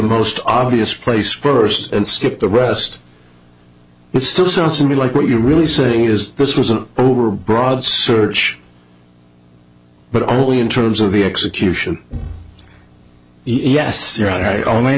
most obvious place first and skip the rest it still sounds to me like what you're really saying is this was an overbroad search but only in terms of the execution yes you're